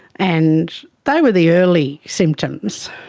and they were the early symptoms.